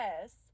Yes